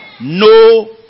No